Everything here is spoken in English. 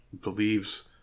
believes